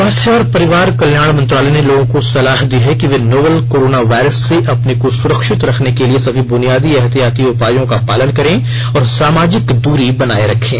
स्वास्थ्य और परिवार कल्याण मंत्रालय ने लोगों को सलाह दी है कि वे नोवल कोरोना वायरस से अपने को सुरक्षित रखने के लिए सभी बुनियादी एहतियाती उपायों का पालन करें और सामाजिक दूरी बनाए रखें